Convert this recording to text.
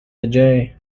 the